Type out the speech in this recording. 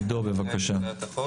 עידו, בבקשה.